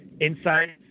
Insights